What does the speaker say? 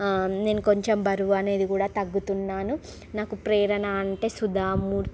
నేను కొంచెం బరువనేది కూడా తగ్గుతున్నాను నాకు ప్రేరణ అంటే సుధాము